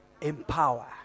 empower